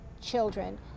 Children